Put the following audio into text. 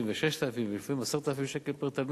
ו-6,000 ולפעמים 10,000 שקל פר תלמיד.